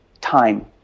time